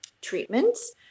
treatments